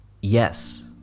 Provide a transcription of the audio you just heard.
Yes